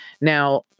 Now